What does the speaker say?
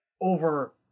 over